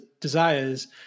desires